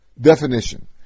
Definition